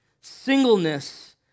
singleness